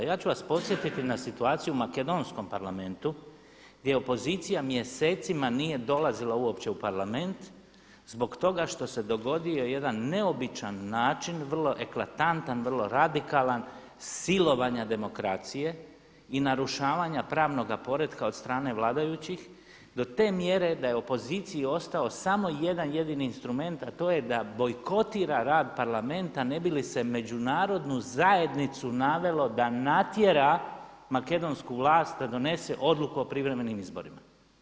Ja ću vas podsjetiti na situaciju u makedonskom Parlamentu gdje opozicija mjesecima nije dolazila uopće u Parlament zbog toga što se dogodio jedan neobičan način vrlo eklatantan, vrlo radikalan silovanja demokracije i narušavanja pravnog poretka od strane vladajućih do te mjere da je opoziciji ostao samo jedan jedini instrument a to je da bojkotira rad Parlamenta ne bi li se međunarodnu zajednicu navelo da natjera makedonsku vlast da donese Odluku o privremenim izborima.